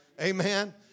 Amen